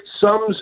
sums